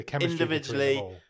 Individually